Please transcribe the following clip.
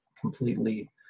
completely